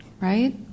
right